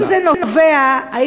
זה נשמע לך סביר?